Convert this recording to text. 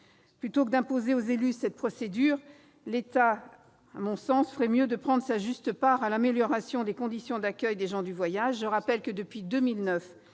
Plutôt que d'imposer pareille procédure aux élus, l'État, à mon sens, ferait mieux de prendre sa juste part à l'amélioration des conditions d'accueil des gens du voyage. Je rappelle que, depuis 2009,